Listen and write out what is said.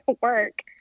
work